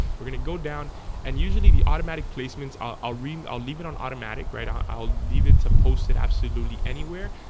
we're gonna go down and usually the automatic placements. i'll ream out leave it on automatic right i'll leave it to post it absolutely anywhere,